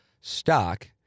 stock